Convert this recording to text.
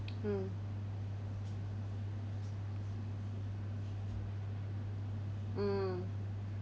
mm mm